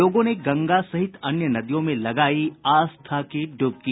लोगों ने गंगा सहित अन्य नदियों में लगायी आस्था की डुबकी